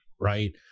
right